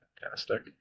Fantastic